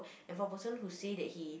and for a person who say that he